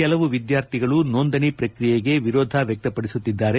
ಕೆಲವು ವಿದ್ಲಾರ್ಥಿಗಳು ನೋಂದಣೆ ಪ್ರಕ್ರಿಯೆಗೆ ವಿರೋಧ ವ್ಯಕ್ತಪಡಿಸುತ್ತಿದ್ದಾರೆ